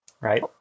right